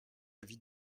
avis